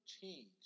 change